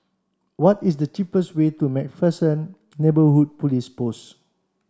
what is the cheapest way to MacPherson Neighbourhood Police Post